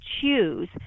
choose